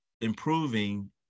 improving